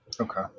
Okay